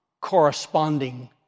corresponding